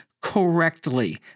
correctly